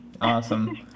Awesome